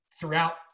throughout